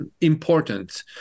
important